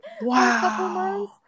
Wow